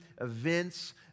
events